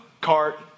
cart